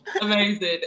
Amazing